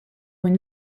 une